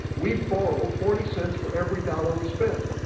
we borrow forty cents for every dollar we spend,